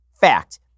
Fact